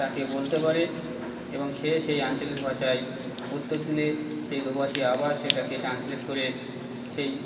তাকে বলতে পারে এবং সে সেই আঞ্চলিক ভাষায় উত্তর দিলে সেই দোভাষী আবার সেটাকে ট্রান্সলেট করে সেই